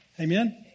Amen